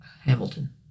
Hamilton